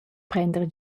prender